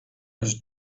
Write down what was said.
was